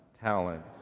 talent